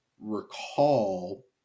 recall